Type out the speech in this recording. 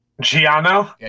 Giano